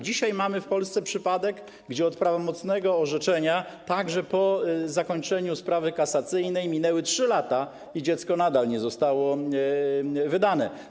Dzisiaj mamy w Polsce przypadek, w którym od prawomocnego orzeczenia, także po zakończeniu sprawy kasacyjnej, minęły 3 lata i dziecko nadal nie zostało wydane.